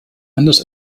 anders